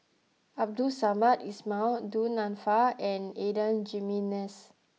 Abdul Samad Ismail Du Nanfa and Adan Jimenez